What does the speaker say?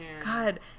God